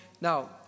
now